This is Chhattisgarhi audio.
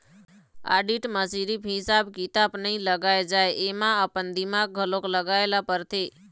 आडिट म सिरिफ हिसाब किताब नइ लगाए जाए एमा अपन दिमाक घलोक लगाए ल परथे